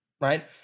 right